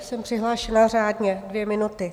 Jsem přihlášena řádně, dvě minuty.